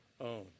own